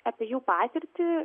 apie jų patirtį